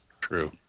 True